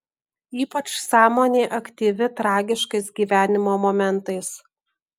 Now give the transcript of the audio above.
ypač sąmonė aktyvi tragiškais gyvenimo momentais